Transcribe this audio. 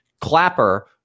Clapper